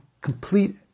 complete